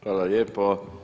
Hvala lijepo.